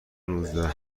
نوزده